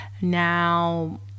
Now